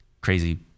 crazy